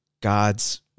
God's